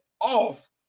off